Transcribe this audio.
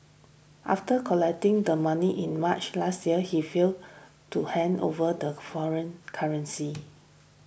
after collecting the money in March last year he failed to hand over the foreign currency